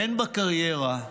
הן בקריירה,